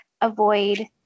avoid